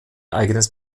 eigenes